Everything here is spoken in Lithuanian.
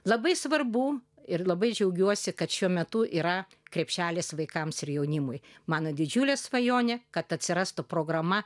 labai svarbu ir labai džiaugiuosi kad šiuo metu yra krepšelis vaikams ir jaunimui man didžiulė svajonė kad atsirastų programa